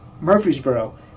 Murfreesboro